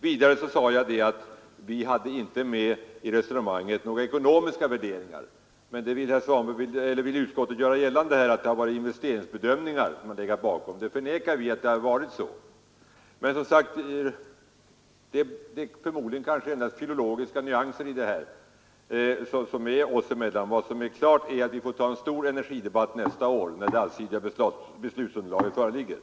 Vidare sade jag att vi inte har fört några resonemang om ekonomiska värderingar, men utskottets talesman vill göra gällande att det har legat investeringsbedömningar bakom. Detta förnekar vi. Men förmodligen är det som sagt bara filologiska nyanser som i övrigt skiljer oss åt. Vad som är klart är att vi måste ta en stor energidebatt nästa år, när det föreligger ett allsidigt beslutsunderlag.